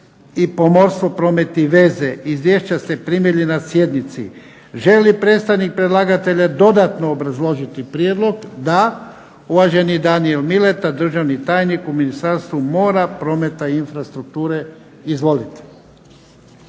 za pomorstvo, promet i veze. Izvješća ste primili na sjednici. Želi li predstavnik predlagatelja dodatno obrazložiti prijedlog? Da. Uvaženi Danijel Mileta državni tajnik u Ministarstvu mora, prometa i infrastrukture. Izvolite.